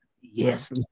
Yes